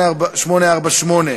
28),